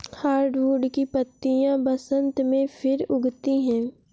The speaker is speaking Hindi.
हार्डवुड की पत्तियां बसन्त में फिर उगती हैं